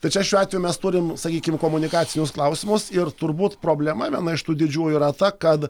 tai čia šiuo atveju mes turim sakykim komunikacinius klausimus ir turbūt problema viena iš tų didžiųjų yra ta kad